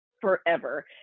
forever